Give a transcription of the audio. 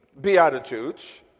beatitudes